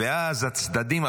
ואז הצדדים,